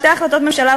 שתי החלטות ממשלה,